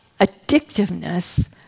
addictiveness